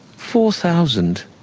four thousand